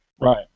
Right